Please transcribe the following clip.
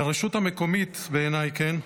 לרשות המקומית, בעיניי, כן?